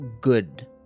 good